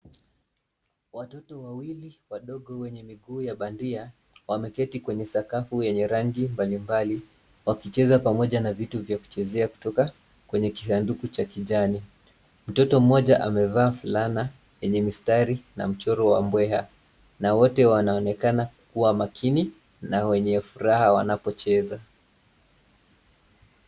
Watoto wawili wadogo wenye miguu ya bandia wameketi kwenye sakafu yenye rangi mbalimbali wakicheza pamoja na vitu vya kuchezea kutoka kwenye kisanduku cha kijani .Mtoto mmoja amevaa fulana yenye mistari na mchoro wa bweha. Na wote wanaonekana kuwa makini na wenye furaha wanapocheza.